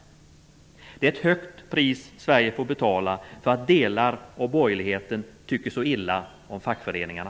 Det är ett högt pris Sverige får betala för att delar av borgerligheten tycker så illa om fackföreningarna.